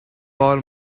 call